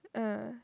ah